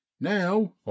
Now